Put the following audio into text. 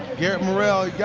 garret morrell, yeah